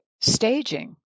staging